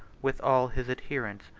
with all his adherents,